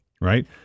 Right